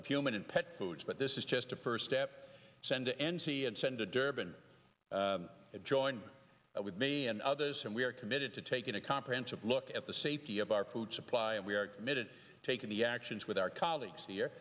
of human and pet food but this is just a first step send to n z and sent to durban to join with me and others and we are committed to taking a comprehensive look at the safety of our food supply and we are committed taking the actions with our colleagues here